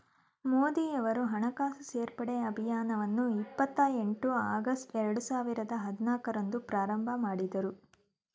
ಮೋದಿಯವರು ಹಣಕಾಸು ಸೇರ್ಪಡೆ ಅಭಿಯಾನವನ್ನು ಇಪ್ಪತ್ ಎಂಟು ಆಗಸ್ಟ್ ಎರಡು ಸಾವಿರದ ಹದಿನಾಲ್ಕು ರಂದು ಪ್ರಾರಂಭಮಾಡಿದ್ರು